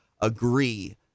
agree